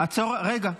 רגע.